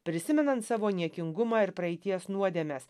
prisimenant savo niekingumą ir praeities nuodėmes